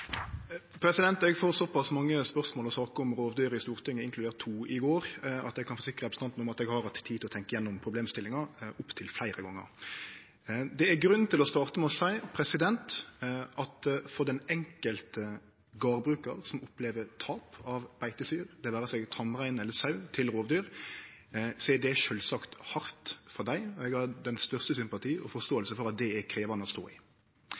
Eg får såpass mange spørsmål og saker om rovdyr i Stortinget, inkludert to i går, at eg kan forsikre representanten om at eg har hatt tid til å tenkje gjennom problemstillinga opptil fleire gonger. Det er grunn til å starte med å seie at for den enkelte gardbrukaren som opplever tap av beitedyr, det vere seg tamrein eller sau, til rovdyr, er det sjølvsagt hardt, og eg har den største sympati og forståing for at det er krevjande å stå i.